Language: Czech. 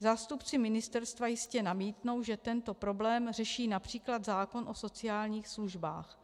Zástupci ministerstva jistě namítnou, že tento problém řeší například zákon o sociálních službách.